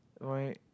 why